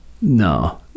No